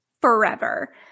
forever